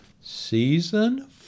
Season